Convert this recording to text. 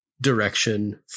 direction